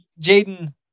Jaden